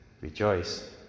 rejoice